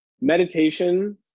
meditation